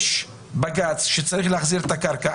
יש בג"צ שצריך להחזיר את הקרקע,